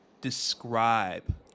describe